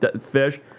fish